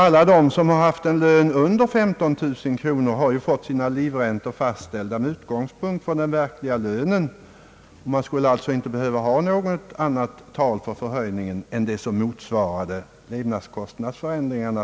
Alla som haft lön under 15 000 kronor har nämligen fått sina livräntor fastställda med utgångspunkt från den verkliga" lönen. För höjningen skulle man alltså inte behöva något annat tal än som motsvarar levnadskostnadsförändringen.